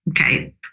okay